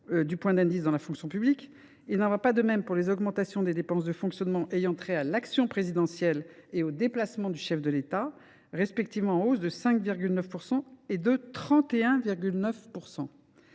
du point d’indice dans la fonction publique, il n’en va pas de même pour les augmentations des dépenses de fonctionnement ayant trait à l’action présidentielle et aux déplacements du chef de l’État, respectivement en hausse de 5,9 % et de 31,9 %.